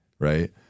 Right